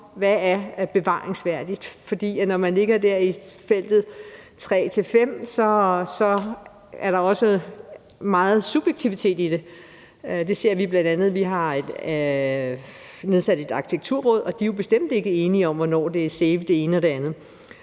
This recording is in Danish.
hvad der er bevaringsværdigt. For når man ligger der i feltet 3-5, er der også meget subjektivitet i det. Det ser vi. Vi har bl.a. nedsat et Arkitekturråd, og de er jo bestemt ikke enige om, hvornår det er SAVE det ene og det andet.